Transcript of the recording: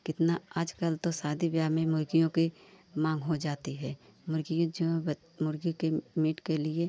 कितना आज कल तो शादी विवाह में मुर्ग़ियों की माँग हो जाती है मुर्ग़ियाँ जो ब मुर्ग़ी के मीट के लिए